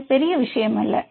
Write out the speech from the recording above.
அது பெரிய விஷயமல்ல